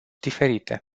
diferite